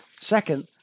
Second